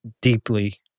deeply